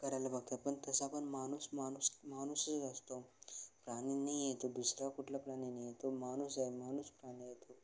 करायला बघतो पण तसा पण माणूस माणूस माणूसच असतो प्राणी नाही आहे तो दुसरा कुठला प्राणी नाही तो माणूस आहे माणूस प्राणी आहे तो